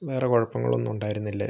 വേറെ കുഴപ്പങ്ങളൊന്നും ഉണ്ടായിരുന്നില്ല